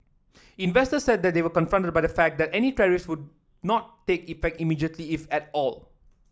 investor said they were comforted by the fact that any tariff would not take effect immediately if at all